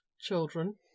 children